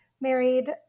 married